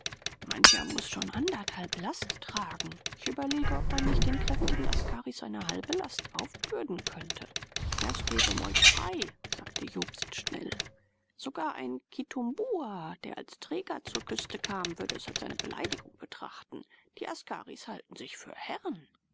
mancher muß schon anderthalb last tragen ich überlege ob man nicht den kräftigen askaris eine halbe last aufbürden könnte das gäbe meuterei sagte jobst schnell sogar ein kitumbua der als träger zur küste kam würde es als eine beleidigung betrachten die askaris halten sich für herren